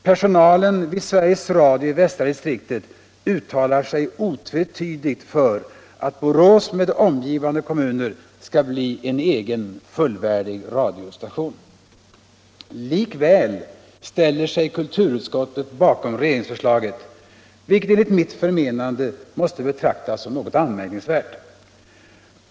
Personalen vid Sveriges Radio i västra distriktet uttalar sig otvetydigt för att Borås med omgivande kommuner skall bli en egen fullvärdig radiostation. Likväl ställer sig kulturutskottet bakom regeringsförslaget, vilket enligt mitt förmenande måste betraktas som något anmärkningsvärt.